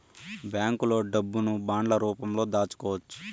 బ్యాంకులో డబ్బును బాండ్ల రూపంలో దాచుకోవచ్చు